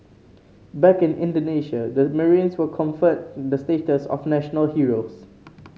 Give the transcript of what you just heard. back in Indonesia the marines were conferred the status of national heroes